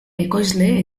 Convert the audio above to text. ekoizle